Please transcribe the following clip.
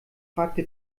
fragte